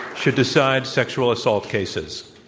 should decide sexual assault cases.